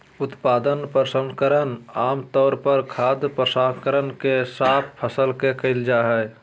उत्पाद प्रसंस्करण आम तौर पर खाद्य प्रसंस्करण मे साफ फसल के करल जा हई